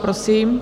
Prosím.